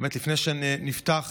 בנימין נתניהו,